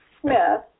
Smith